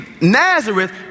Nazareth